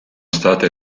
state